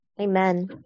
Amen